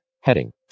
Heading